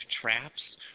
traps